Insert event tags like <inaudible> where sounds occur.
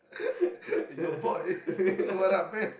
<laughs> !ayo! boy what up man <laughs>